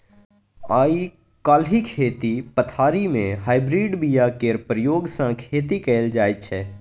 आइ काल्हि खेती पथारी मे हाइब्रिड बीया केर प्रयोग सँ खेती कएल जाइत छै